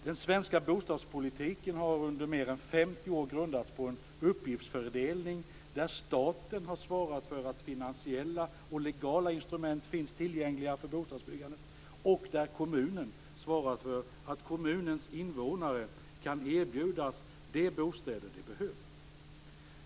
Den svenska bostadspolitiken har under mer än 50 år grundats på en uppgiftsfördelning, där staten har svarat för att finansiella och legala instrument finns tillgängliga för bostadsbyggandet och där kommunen svarat för att kommunens invånare kan erbjudas de bostäder de behöver.